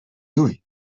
doing